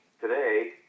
today